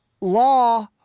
law